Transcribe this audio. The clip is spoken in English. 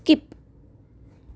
skip